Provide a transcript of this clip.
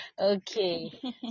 okay